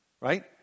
right